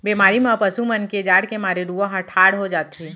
बेमारी म पसु मन के जाड़ के मारे रूआं ह ठाड़ हो जाथे